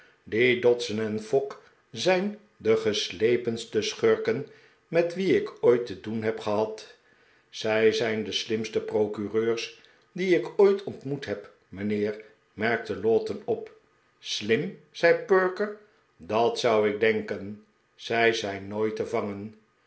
die dodson en fogg zijn de geslepenste schurken met wie ik ooit te doen heb gehad zij zijn de slimste procureurs die ik ooit ontmoet heb mijnheer merkte lowten op slim zei perker dat zou ik denken zij zijn nooit te van